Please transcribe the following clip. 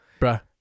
bruh